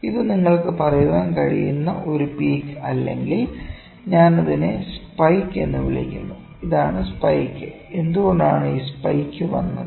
ഇത് നിങ്ങൾക്ക് പറയാൻ കഴിയുന്ന ഒരു പീക്ക് അല്ലെങ്കിൽ ഞാൻ അതിനെ സ്പൈക്ക് എന്ന് വിളിക്കുന്നു ഇതാണ് സ്പൈക്ക് എന്തുകൊണ്ടാണ് ഈ സ്പൈക്ക് വന്നത്